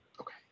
Okay